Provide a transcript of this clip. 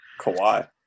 Kawhi